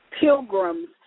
pilgrims